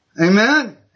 Amen